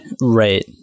Right